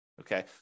Okay